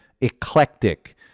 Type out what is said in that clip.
eclectic